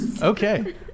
Okay